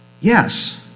Yes